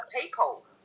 people